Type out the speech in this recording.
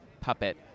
puppet